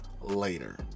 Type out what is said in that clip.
later